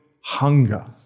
hunger